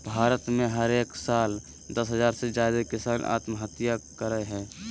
भारत में हरेक साल दस हज़ार से ज्यादे किसान आत्महत्या करय हय